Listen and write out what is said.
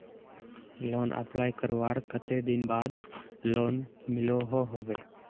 Loan apply करवार कते दिन बाद लोन मिलोहो होबे?